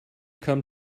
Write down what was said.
come